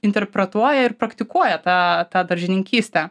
interpretuoja ir praktikuoja tą tą daržininkystę